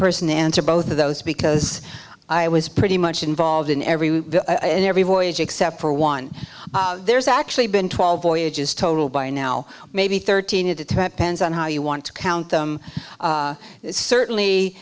person and to both of those because i was pretty much involved in every and every voyage except for one there's actually been twelve voyages total by now maybe thirteen a detent pens on how you want to count them certainly